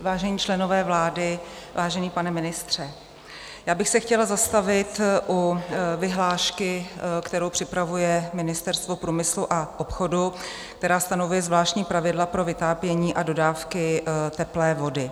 Vážení členové vlády, vážený pane ministře, já bych se chtěla zastavit u vyhlášky, kterou připravuje Ministerstvo průmyslu a obchodu, která stanovuje zvláštní pravidla pro vytápění a dodávky teplé vody.